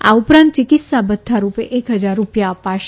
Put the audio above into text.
આ ઉપરાંત ચિકિત્સા ભથ્થારૂપે એક ફજાર રૂપિયા અપાશે